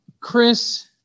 Chris